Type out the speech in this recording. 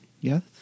Yes